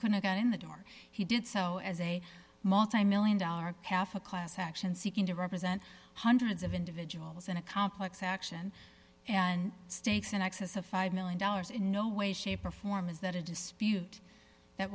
couldn't get in the door he did so as a multimillion dollar caf a class action seeking to represent hundreds of individuals in a complex action and stakes in excess of five million dollars in no way shape or form is that a dispute that